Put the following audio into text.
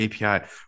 API